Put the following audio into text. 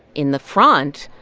in the front,